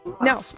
No